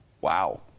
Wow